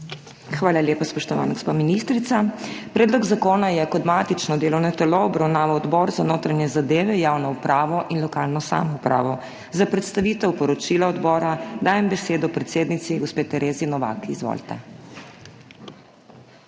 Hvala lepa, spoštovana gospa ministrica. Predlog zakona je kot matično delovno telo obravnaval Odbor za notranje zadeve, javno upravo in lokalno samoupravo. Za predstavitev poročila odbora dajem besedo predsednici gospe Terezi Novak. Izvolite.